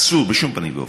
אסור בשום פנים ואופן.